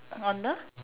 on the